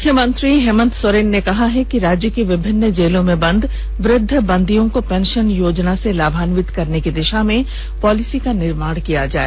मुख्यमंत्री हेमंत सोरेन ने कहा कि राज्य के विभिन्न जेलोंमें बंद वृद्ध बंदियों को पेंशन योजना से लाभान्वित करने की दिशा में पॉलिसी का निर्माण करें